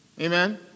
Amen